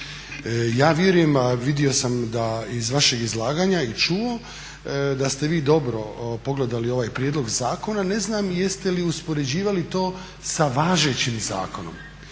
Ja vjerujem, a vidio sam da iz vašeg izlaganja i čuo da ste vi dobro pogledali ovaj prijedlog zakona. Ne znam jeste li uspoređivali to sa važećim zakonom.